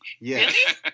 Yes